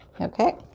Okay